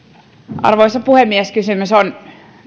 arvoisa puhemies kysymys on